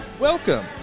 Welcome